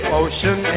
ocean